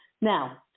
Now